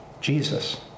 Jesus